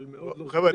אבל מאוד לא --- חבר'ה,